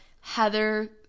Heather